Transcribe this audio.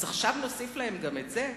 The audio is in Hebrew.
אז עכשיו נוסיף להם גם את זה?